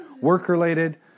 work-related